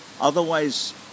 otherwise